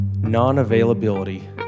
non-availability